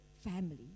family